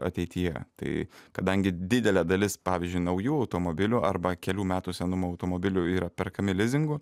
ateityje tai kadangi didelė dalis pavyzdžiui naujų automobilių arba kelių metų senumo automobilių yra perkami lizingu